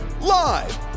live